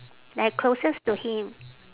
like closest to him